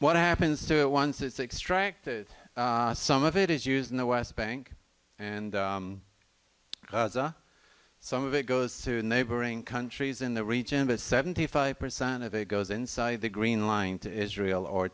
what happens to it once it's extract some of it is used in the west bank and some of it goes to neighboring countries in the region but seventy five percent of it goes inside the green line to israel or